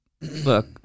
look